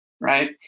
Right